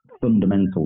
fundamental